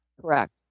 Correct